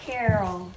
Carol